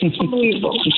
Unbelievable